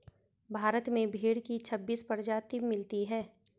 भारत में भेड़ की छब्बीस प्रजाति मिलती है